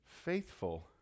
faithful